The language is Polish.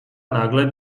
nagle